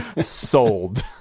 Sold